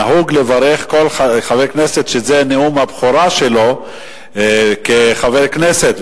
נהוג לברך חבר כנסת על נאום הבכורה שלו כחבר כנסת,